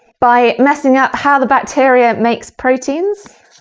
by messing up how the bacteria makes proteins,